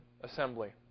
assembly